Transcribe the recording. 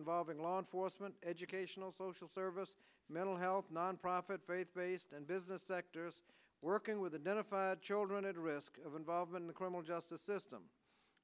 involving law enforcement educational social service mental health nonprofit faith based and business sectors working with another five children at risk of involvement the criminal justice system